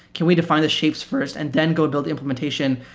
can we define the shapes first and then go build the imp lementation?